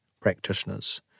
practitioners